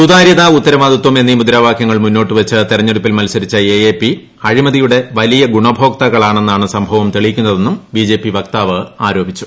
സുതാര്യത ഉത്തരാവാദിത്വം എന്നീ മുദ്രാവാകൃങ്ങൾ മുന്നോട്ട് വച്ച് തിരഞ്ഞെടുപ്പിൽ മത്സരിച്ച എഎപി അഴിമതിയുടെ വലിയ ഗുണഭോക്താക്കളാണെന്നാണ് സംഭവം തെളിയിക്കുന്നതെന്നും ബിജെപി വക്താവ് ആരോപിച്ചു